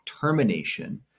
termination